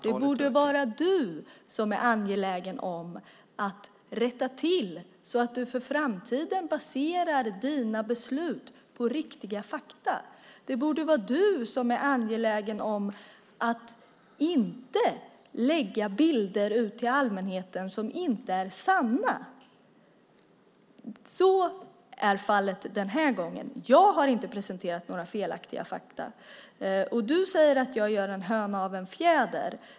Du borde vara angelägen att rätta till det så att du i framtiden baserar dina beslut på riktiga fakta. Det borde vara du som är angelägen om att inte lägga fram bilder som inte är sanna till allmänheten. Så är fallet den här gången. Jag har inte presenterat några felaktiga fakta. Du säger att jag gör en höna av en fjäder.